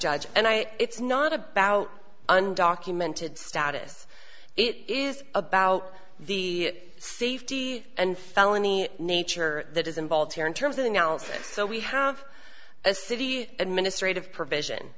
judge and i it's not about undocumented status it is about the safety and felony nature that is involved here in terms of analysis so we have a city administrative provision